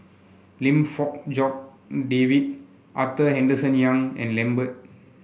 Lim Fong Jock David Arthur Henderson Young and Lambert